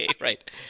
right